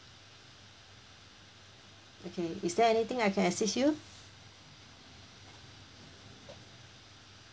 okay is there anything I can assist you